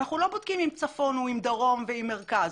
אנחנו לא בודקים עם צפון, עם דרום ועם מרכז.